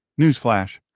Newsflash